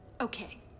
Okay